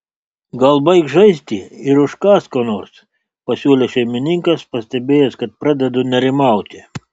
gal baik žaisti ir užkąsk ko nors pasiūlė šeimininkas pastebėjęs kad pradedu nerimauti